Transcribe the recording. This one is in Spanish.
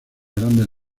grandes